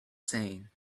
saying